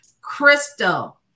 Crystal